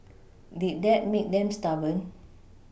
did that make them stubborn